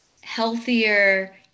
healthier